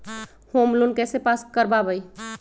Home loan कैसे pass कर बाबई?